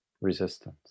resistance